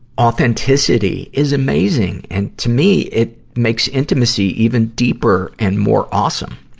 authenticity is amazing. and, to me, it makes intimacy even deeper and more awesome.